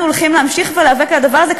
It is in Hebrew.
אנחנו הולכים להמשיך ולהיאבק על הדבר הזה,